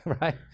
right